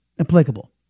applicable